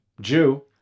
Jew